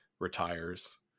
retires